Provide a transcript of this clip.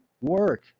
work